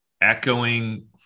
echoing